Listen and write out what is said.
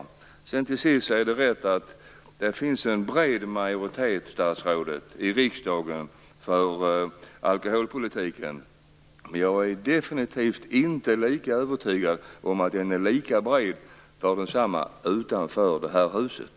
Till sist vill jag säga att det är rätt att det finns en bred majoritet i riksdagen för alkoholpolitiken, statsrådet, men jag är definitivt inte lika övertygad om att den är lika bred för densamma utanför det här huset.